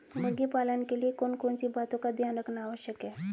मुर्गी पालन के लिए कौन कौन सी बातों का ध्यान रखना आवश्यक है?